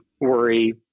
worry